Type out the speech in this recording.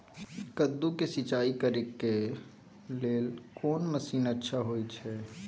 कद्दू के सिंचाई करे के लेल कोन मसीन अच्छा होय छै?